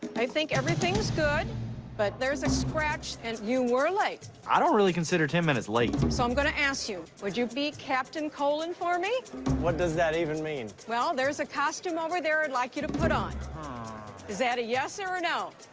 i think everything's good but there's a scratch and you were late i don't really consider ten minutes late so i'm to ask you would you beat captain colin for me what does that even mean well there's a costume over there i'd and like you to put on is that a yes or or no